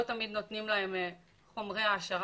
אם נסתכל רגע למה בכלל החזירים נושכים אחד את השני,